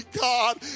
God